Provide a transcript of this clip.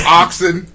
oxen